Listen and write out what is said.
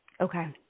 Okay